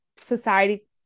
society